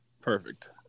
Perfect